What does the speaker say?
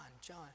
john